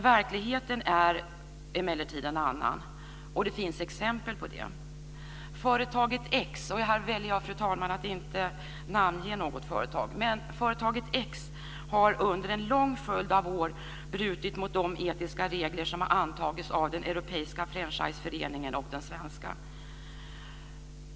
Verkligheten är emellertid en annan. Det finns exempel på det. Företaget x - här väljer jag, fru talman, att inte namnge något företag - har under en lång följd av år brutit mot de etiska regler som har antagits av den europeiska franchiseföreningen och den svenska.